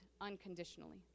unconditionally